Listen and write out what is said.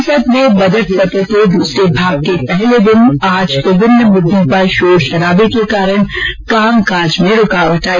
संसद में बजट सत्र के दूसरे भाग के पहले दिन आज विभिन्न मुद्दों पर शोर शराबे के कारण कामकाज में रूकावट आई